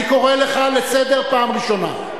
אני קורא לך לסדר פעם ראשונה.